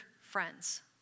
friends